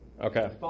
Okay